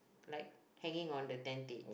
like hanging on the tentage